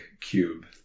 cube